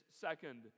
second